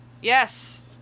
Yes